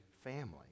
family